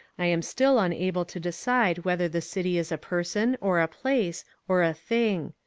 i am still unable to decide whether the city is a person, or a place, or a thing.